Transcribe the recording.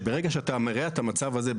ברגע שאתה מרע את המצב הזה,